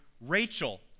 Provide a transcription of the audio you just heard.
Rachel